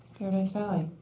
paradise valley.